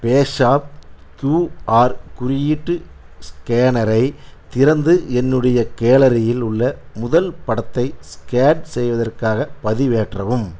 பேஸாப் QR குறியீட்டு ஸ்கேனரை திறந்து என்னுடைய கேலரியில் உள்ள முதல் படத்தை ஸ்கேன் செய்வதற்காக பதிவேற்றவும்